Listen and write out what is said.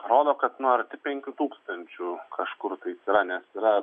rodo kad na arti penkių tūkstančių kažkur tai yra nes yra